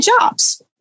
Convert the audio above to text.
jobs